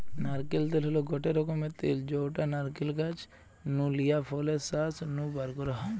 নারকেল তেল হল গটে রকমের তেল যউটা নারকেল গাছ নু লিয়া ফলের শাঁস নু বারকরা হয়